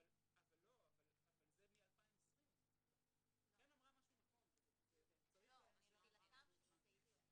חן אמרה משהו נכון וצריך לחשוב על זה.